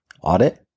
audit